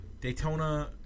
Daytona